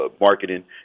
marketing